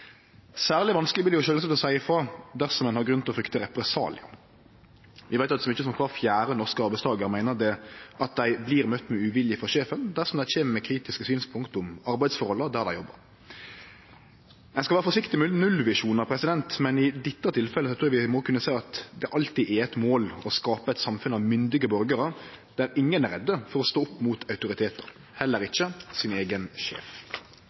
Særleg vanskeleg vil det sjølvsagt vere å seie ifrå dersom ein har grunn til å frykte represaliar. Vi veit at så mange som kvar fjerde norske arbeidstakar meiner at dei blir møtte med uvilje frå sjefen dersom dei kjem med kritiske synspunkt om arbeidsforholda der dei jobbar. Ein skal vere forsiktig med nullvisjonar, men i dette tilfellet trur eg vi må kunne seie at det alltid er eit mål å skape eit samfunn av myndige borgarar, der ingen er redde for å stå opp mot autoritetar, heller ikkje sin eigen sjef.